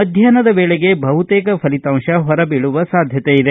ಮಧ್ಯಾಷ್ನದ ವೇಳೆಗೆ ಬಹುತೇಕ ಫಲಿತಾಂಶ ಹೊರಬೀಳುವ ಸಾಧ್ಯತೆ ಇದೆ